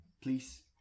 Please